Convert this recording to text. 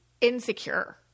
insecure